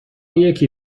یکی